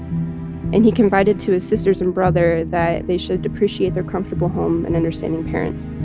and he confided to his sisters and brother that they should appreciate their comfortable home and understanding parents.